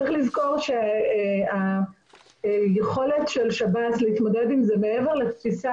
צריך לזכור שהיכולת של שב"ס להתמודד עם זה מעבר לתפיסה